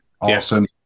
Awesome